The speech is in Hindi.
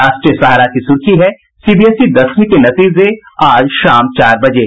राष्ट्रीय सहारा की सुर्खी है सीबीएसई दसवीं के नतीजे आज शाम चार बजे